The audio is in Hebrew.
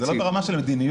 זה לא ברמה של מדיניות.